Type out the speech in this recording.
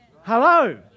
Hello